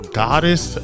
goddess